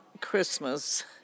Christmas